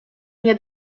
nie